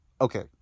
Okay